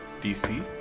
DC